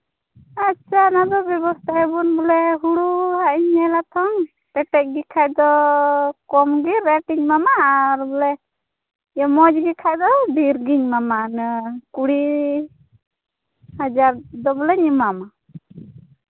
ᱟᱪᱪᱷᱟ ᱚᱱᱟ ᱫᱚ ᱵᱮᱵᱚᱥᱛᱷᱟᱭᱟᱵᱚᱱ ᱵᱚᱞᱮ ᱦᱩᱲᱩ ᱦᱟᱸᱜ ᱤᱧ ᱧᱮᱞᱟ ᱛᱷᱚᱝ ᱯᱮᱴᱮᱡ ᱜᱮ ᱠᱷᱟᱱ ᱫᱚ ᱠᱚᱢ ᱜᱮ ᱨᱮᱹᱴᱤᱧ ᱮᱢᱟᱢᱟ ᱟᱨ ᱵᱚᱞᱮ ᱢᱚᱡᱽ ᱜᱮ ᱠᱷᱟᱱ ᱫᱚ ᱰᱷᱮᱨᱜᱤᱧ ᱮᱢᱟᱢᱟ ᱚᱱᱟ ᱠᱩᱲᱤ ᱦᱟᱡᱟᱨ ᱫᱚ ᱵᱚᱞᱮᱧ ᱮᱢᱟᱢᱟ